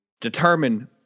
determine